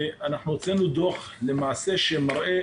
הוצאנו דו"ח שמראה